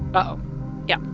uh-oh yeah.